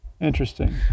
Interesting